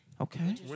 Okay